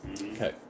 Okay